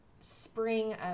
spring